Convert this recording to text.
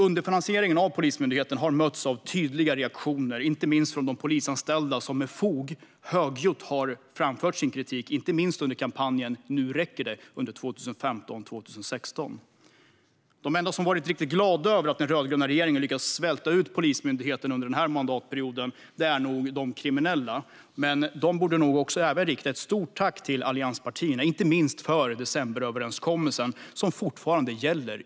Underfinansieringen av Polismyndigheten har mötts av tydliga reaktioner, inte minst från de polisanställda som med fog högljutt har framfört sin kritik till exempel i kampanjen Nu räcker det under 2015-2016. De enda som varit riktigt glada över att den rödgröna regeringen lyckats svälta ut Polismyndigheten under den här mandatperioden är nog de kriminella. De borde dock rikta ett stort tack även till allianspartierna, inte minst för decemberöverenskommelsen, som i praktiken fortfarande gäller.